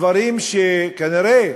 דברים שכנראה,